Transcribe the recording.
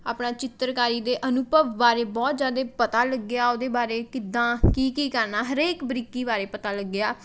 ਆਪਣਾ ਚਿੱਤਰਕਾਰੀ ਦੇ ਅਨੁਭਵ ਬਾਰੇ ਬਹੁਤ ਜ਼ਿਆਦਾ ਪਤਾ ਲੱਗਿਆ ਉਹਦੇ ਬਾਰੇ ਕਿੱਦਾਂ ਕੀ ਕੀ ਕਰਨਾ ਹਰੇਕ ਬਰੀਕੀ ਬਾਰੇ ਪਤਾ ਲੱਗਿਆ